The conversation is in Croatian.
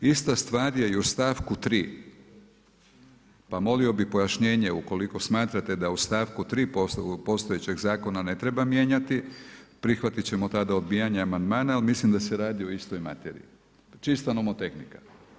Ista stvar je i u stavku 3. Pa molio bih pojašnjenje ukoliko smatrate da u stavku 3. postojećeg zakona ne treba mijenjati, prihvatiti ćemo tada odbijanje amandmana ali mislim da se radi o istoj materiji, čista nomotehnika.